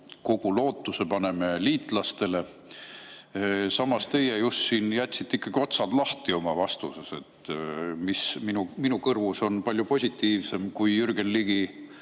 kogu lootuse paneme liitlastele. Samas, teie siin jätsite ikkagi otsad lahti oma vastuses. See on minu kõrvus palju positiivsem kui Jürgen Ligi